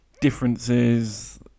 differences